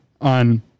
on